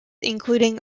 including